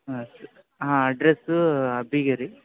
ಹಾಂ ಸ ಹಾಂ ಅಡ್ರೆಸ್ಸು ಅಬ್ಬಿಗೇರಿ